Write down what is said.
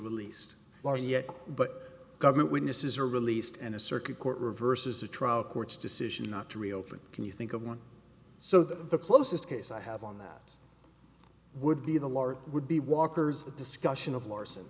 released law yet but government witnesses are released and a circuit court reverses the trial court's decision not to reopen can you think of one so that the closest case i have on that would be the large would be walkers the discussion of larson